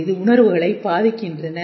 இது உணர்வுகளை பாதிக்கின்றன